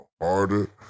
harder